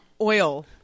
Oil